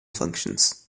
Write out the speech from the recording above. functions